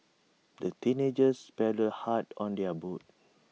the teenagers paddled hard on their boat